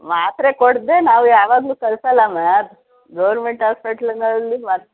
ಮಾತ್ರೆ ಕೊಡದೆ ನಾವು ಯಾವಾಗಲೂ ಕಳಿಸಲ್ಲಮ್ಮ ಗೌರ್ಮೆಂಟ್ ಆಸ್ಪೆಟ್ಲ್ನಲ್ಲಿ ಮತ್ತು